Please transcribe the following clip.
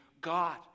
God